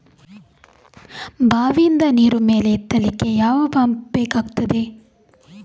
ಬಾವಿಯಿಂದ ನೀರು ಮೇಲೆ ಎತ್ತಲಿಕ್ಕೆ ಯಾವ ಪಂಪ್ ಬೇಕಗ್ತಾದೆ?